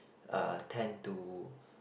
uh tend to